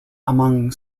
among